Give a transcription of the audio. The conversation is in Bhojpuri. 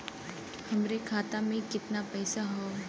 हमरे खाता में कितना पईसा हौ?